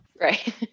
right